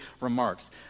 remarks